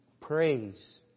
praise